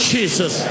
Jesus